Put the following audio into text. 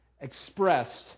expressed